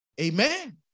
Amen